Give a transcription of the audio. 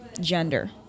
gender